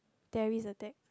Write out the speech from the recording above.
terrorist attack